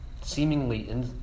seemingly